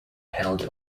held